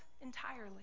entirely